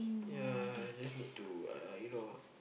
ya just need to uh you know